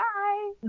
Bye